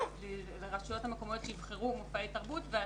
--- לרשויות המקומיות שיבחרו מופעי תרבות,